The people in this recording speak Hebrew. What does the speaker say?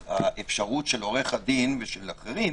האפשרות של עורך הדין ושל אחרים